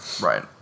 right